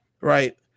right